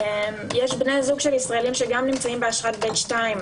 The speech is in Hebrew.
יש בני זוג של ישראליים שנמצאים באשרת ב'2.